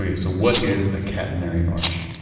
so what is a catenary arch?